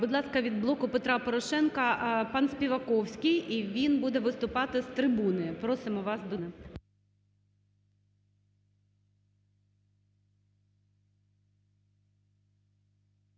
Будь ласка, від "Блоку Петра Порошенка" пан Співаковський, і він буде виступати з трибуни. Просимо вас до